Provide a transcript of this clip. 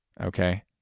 Okay